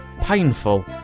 painful